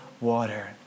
water